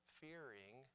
fearing